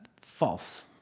False